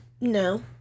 No